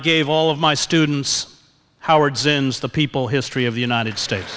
gave all of my students howard zinn's the people history of the united states